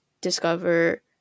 discover